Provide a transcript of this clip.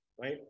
right